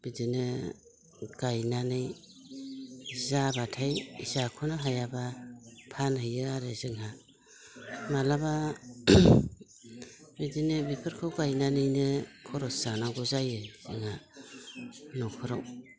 बिदिनो गायनानै जाबाथाइ जाख'नो हायाबा फानहैयो आरो जोंहा मालाबा बिदिनो बेफोरखौ गायनानैनो खरस जानांगौ जायो जोंहा नखराव